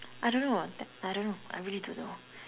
I don't know leh I don't know I really don't know